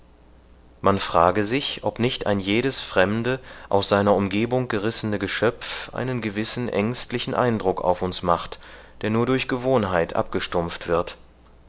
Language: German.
man frage sich ob nicht ein jedes fremde aus seiner umgebung gerissene geschöpf einen gewissen ängstlichen eindruck auf uns macht der nur durch gewohnheit abgestumpft wird